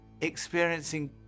experiencing